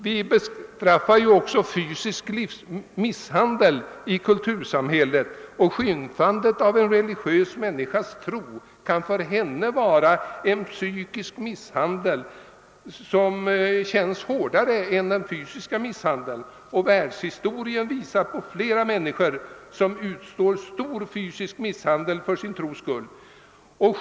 Vi bestraffar ju i kultursamhället fysisk misshandel, och skymfandet av en religiös människas tro kan för henne vara en psykisk misshandel som är kännbarare än fysisk misshandel. Världshistorien visar exempel på många människor som utstått stor fysisk misshandel för sin tros skull.